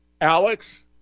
Alex